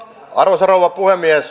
arvoisa rouva puhemies